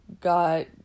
got